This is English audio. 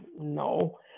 no